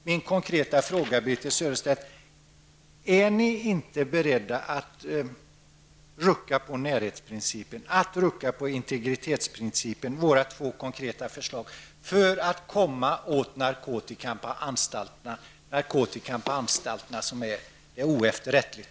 Min konkreta fråga, Birthe Sörestedt: Är ni inte beredda att rucka på näringsprincipen, att rucka på integritetsprincipen -- våra två konkreta förslag -- för att komma åt narkotikan på anstalterna. Narkotika på anstalterna är oefterrättligt.